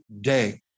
day